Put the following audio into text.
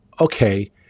okay